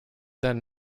then